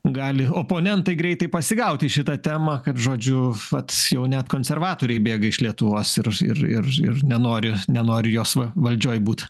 gali oponentai greitai pasigauti šitą temą kad žodžiu vat jau ne konservatoriai bėga iš lietuvos ir ir ir nenori nenori jos va valdžioj būt